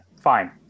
fine